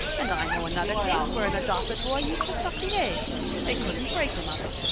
and i know another case where an adopted boy used to suck the eggs they couldn't break him of it.